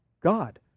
God